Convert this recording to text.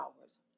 hours